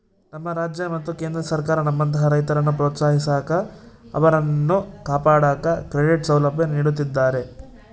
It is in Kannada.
ನಮ್ಮ ರಾಜ್ಯ ಮತ್ತು ಕೇಂದ್ರ ಸರ್ಕಾರ ನಮ್ಮಂತಹ ರೈತರನ್ನು ಪ್ರೋತ್ಸಾಹಿಸಾಕ ಅವರನ್ನು ಕಾಪಾಡಾಕ ಕ್ರೆಡಿಟ್ ಸೌಲಭ್ಯ ನೀಡುತ್ತಿದ್ದಾರೆ